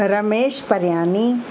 Ramesh Paryani